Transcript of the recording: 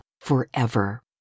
forever